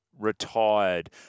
retired